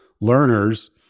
learners